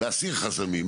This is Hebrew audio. להסיר חסמים.